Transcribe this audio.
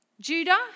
Judah